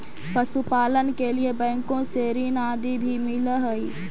पशुपालन के लिए बैंकों से ऋण आदि भी मिलअ हई